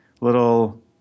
little